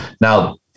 Now